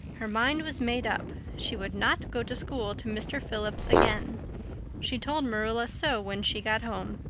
her mind was made up. she would not go to school to mr. phillips again she told marilla so when she got home.